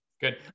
Good